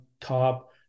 top